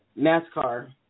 NASCAR